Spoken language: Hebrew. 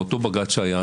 באותו בג"ץ שהיה,